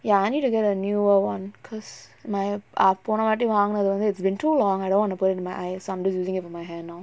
ya I need to get a newer [one] because my ah போன வாட்டி வாங்குனது வந்து:pona vaati vaangunathu vanthu it's been too long I don't wanna burn my eyes so I'm just using it for my hair now